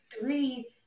three